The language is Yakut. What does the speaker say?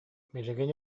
билигин